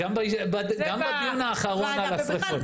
לפי החלטת הממשלה אתם גם מממנים 1.5 מיליון שקל כל